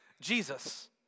Jesus